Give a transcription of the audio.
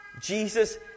Jesus